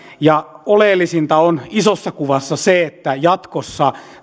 ja oleellisinta on isossa kuvassa se että jatkossa